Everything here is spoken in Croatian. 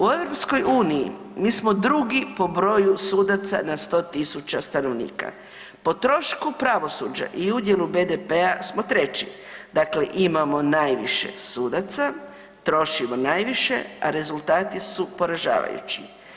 U EU mi smo 2. po broju sudaca na 100 000 stanovnika, po trošku pravosuđa i udjelu BDP-a smo 3., dakle imamo najviše sudaca, trošimo najviše, a rezultati su poražavajući.